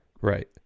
Right